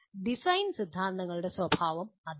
design സിദ്ധാന്തങ്ങളുടെ സ്വഭാവം അതാണ്